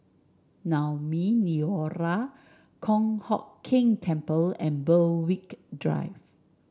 Naumi Liora Kong Hock Keng Temple and Berwick Drive